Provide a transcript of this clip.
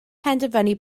penderfynu